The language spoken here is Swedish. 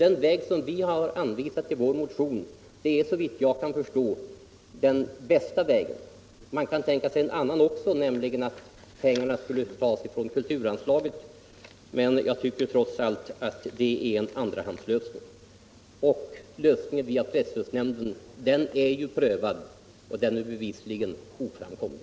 Den väg vi har anvisat i vår motion är, såvitt jag kan förstå, den bästa vägen. Man kan tänka sig en annan också, nämligen att pengarna skulle tas från kulturanslaget, men jag tycker trots allt att det är en andrahandslösning. Möjligheten att gå via presstödsnämnden är prövad, och den vägen är bevisligen oframkomlig.